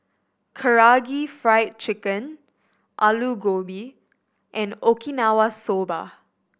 Karaage Fried Chicken Alu Gobi and Okinawa Soba